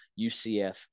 UCF